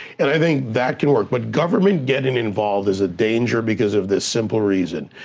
and i think that can work, but government getting involved is a danger because of this simple reason.